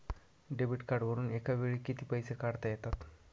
Debit कार्डवरुन एका वेळी किती पैसे काढता येतात?